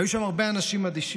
היו שם הרבה אנשים אדישים,